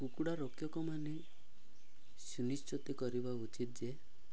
କୁକୁଡ଼ା ରକ୍ଷକମାନେ ସୁନିଶ୍ଚିତ କରିବା ଉଚିତ୍ ଯେ